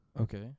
Okay